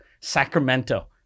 Sacramento